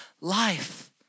life